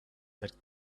that